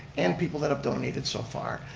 and people that have donated so far.